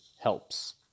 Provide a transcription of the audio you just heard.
helps